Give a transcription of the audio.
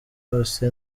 bose